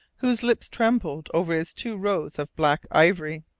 whose lips trembled over his two rows of black ivory.